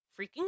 freaking